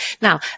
Now